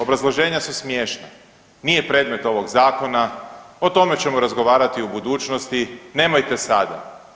Obrazloženja su smiješna, nije predmet ovog zakona, o tome ćemo razgovarati u budućnosti, nemojte sada.